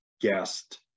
guest